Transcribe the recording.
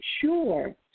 sure